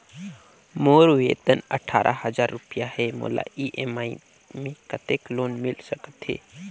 मोर वेतन अट्ठारह हजार रुपिया हे मोला ई.एम.आई मे कतेक लोन मिल सकथे?